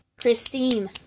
Christine